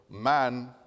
man